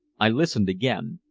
i listened again.